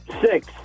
Six